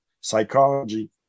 psychology